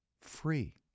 free